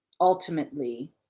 ultimately